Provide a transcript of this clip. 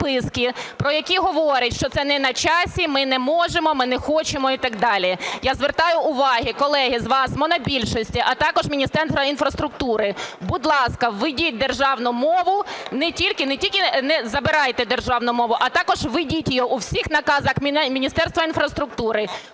про які говорить, що це на часі, ми не можемо, ми не хочемо і так далі. Я звертаю увагу, колеги, вас, монобільшості, а також Міністерства інфраструктури: будь ласка, введіть державну мову, не тільки не забирайте державну мову, а також введіть їх в усіх наказах Міністерства інфраструктури,